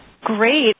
Great